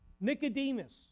Nicodemus